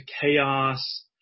chaos